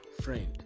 Friend